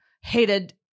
hated